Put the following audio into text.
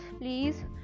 Please